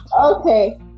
Okay